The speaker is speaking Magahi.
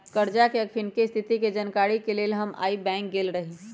करजा के अखनीके स्थिति के जानकारी के लेल हम आइ बैंक गेल रहि